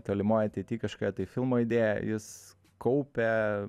tolimoj ateity kažkokią tai filmo idėją jis kaupė